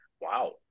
Wow